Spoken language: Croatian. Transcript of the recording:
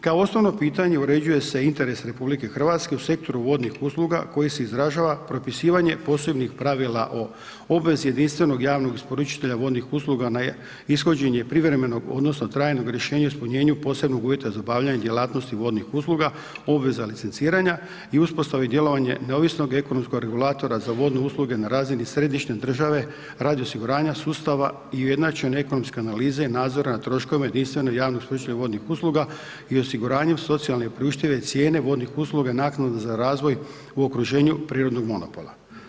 Kao osnovno pitanje, uređuje se interes RH u sektoru vodnih usluga, koji se izražava propisivanje posebnih pravila o obvezi jedinstvenog javnog isporučitelja vodnih usluga, na ishođenje privremenog, odnosno, trajnog rješenja ispunjenja posebnog uvjeta za obavljanje djelatnosti vojnih usluga, obveza licenciranja i uspostava i djelovanje neovisnog ekonomskog regulatora za vodnu usluge na razini središnje države, radi osiguranja sustava i ujednačene ekonomske analize i nadzora nad troškovima jedinstvene … vodnih usluga i osiguranju socijalne priuštive cijene vodnih usluga, naknade za razvoj u okruženju prirodnog monopola.